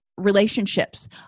relationships